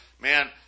man